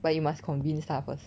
but you must convince 他 start first